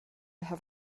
have